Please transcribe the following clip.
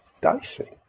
dicey